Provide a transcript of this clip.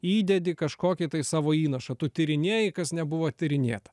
įdedi kažkokį tai savo įnašą tu tyrinėji kas nebuvo tyrinėta